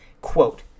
quote